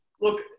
Look